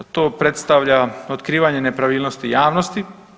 To predstavlja otkrivanje nepravilnosti javnosti.